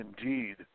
indeed